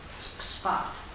spot